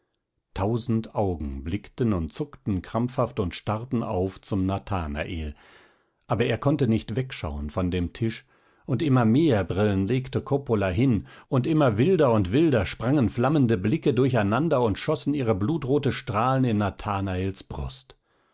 tausend augen blickten und zuckten krampfhaft und starrten auf zum nathanael aber er konnte nicht wegschauen von dem tisch und immer mehr brillen legte coppola hin und immer wilder und wilder sprangen flammende blicke durcheinander und schossen ihre blutrote strahlen in nathanaels brust